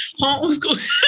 homeschool